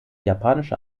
japanische